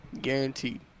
Guaranteed